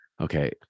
Okay